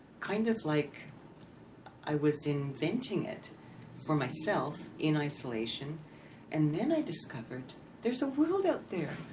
kind of like i was inventing it for myself in isolation and then i discovered there is a world out there,